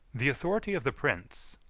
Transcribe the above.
the authority of the prince,